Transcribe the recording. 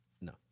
No